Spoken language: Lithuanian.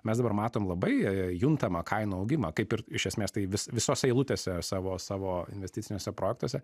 mes dabar matom labai juntamą kainų augimą kaip ir iš esmės tai vis visos eilutėse savo savo investiciniuose projektuose